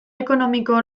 ekonomiko